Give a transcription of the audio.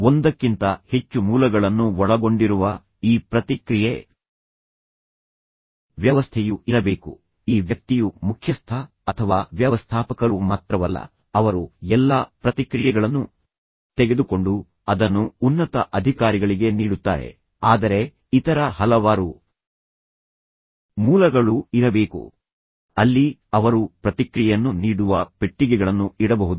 ಒಂದಕ್ಕಿಂತ ಹೆಚ್ಚು ಮೂಲಗಳನ್ನು ಒಳಗೊಂಡಿರುವ ಈ ಪ್ರತಿಕ್ರಿಯೆ ವ್ಯವಸ್ಥೆಯು ಇರಬೇಕು ಈ ವ್ಯಕ್ತಿಯು ಮುಖ್ಯಸ್ಥ ಅಥವಾ ವ್ಯವಸ್ಥಾಪಕರು ಮಾತ್ರವಲ್ಲ ಅವರು ಎಲ್ಲಾ ಪ್ರತಿಕ್ರಿಯೆಗಳನ್ನು ತೆಗೆದುಕೊಂಡು ಅದನ್ನು ಉನ್ನತ ಅಧಿಕಾರಿಗಳಿಗೆ ನೀಡುತ್ತಾರೆ ಆದರೆ ಇತರ ಹಲವಾರು ಮೂಲಗಳು ಇರಬೇಕು ಅಲ್ಲಿ ಅವರು ಪ್ರತಿಕ್ರಿಯೆಯನ್ನು ನೀಡುವ ಪೆಟ್ಟಿಗೆಗಳನ್ನು ಇಡಬಹುದು